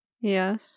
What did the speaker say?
Yes